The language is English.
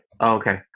okay